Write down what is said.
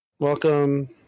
Welcome